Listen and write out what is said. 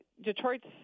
Detroit's